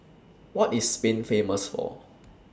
What IS Spain Famous For